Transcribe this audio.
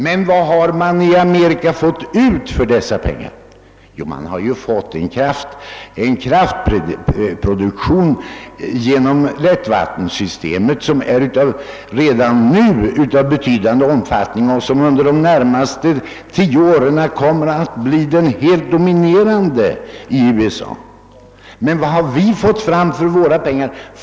Men vad har man i Amerika fått ut för dessa pengar? Jo, man har fått en kraftproduktion genom lättvattensystemet som redan nu är av betydande omfattning och som under de närmaste tio åren kommer att bli det helt dominerande i USA. Men vad har vi fått för våra pengar?